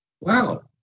Wow